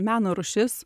meno rūšis